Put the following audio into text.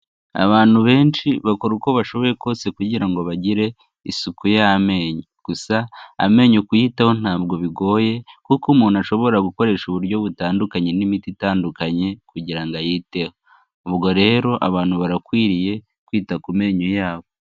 Abantu benshi bakora uko bashoboye kose kugira ngo bagire isuku y'amenyo, gusa amenyo kuyitaho ntabwo bigoye kuko umuntu ashobora gukoresha uburyo butandukanye n'imiti itandukanye kugira ngo ayiteho. Ubwo rero abantu barakwiriye kwita ku menyo yabo.